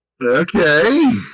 Okay